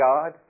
God